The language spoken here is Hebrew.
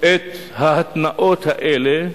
את ההתניות האלה,